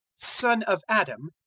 son of adam,